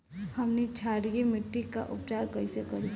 हमनी क्षारीय मिट्टी क उपचार कइसे करी?